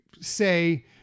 say